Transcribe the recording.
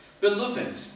Beloved